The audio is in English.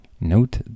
Note